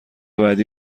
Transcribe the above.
بعدی